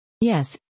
Yes